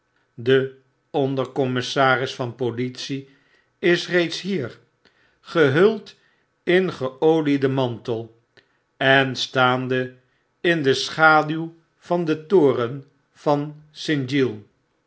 de onder-commissaris van politie is reeds hier gehuld in geolieden mantel en staande in de schaduw van den toren van st